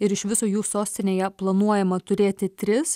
ir iš viso jų sostinėje planuojama turėti tris